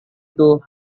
itu